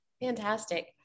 fantastic